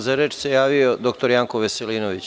Za reč se javio dr Janko Veselinović.